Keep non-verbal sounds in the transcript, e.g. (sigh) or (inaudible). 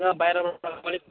(unintelligible) बाहिरबाटको अलिक